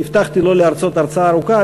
הבטחתי לא להרצות הרצאה ארוכה,